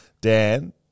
Dan